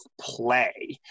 play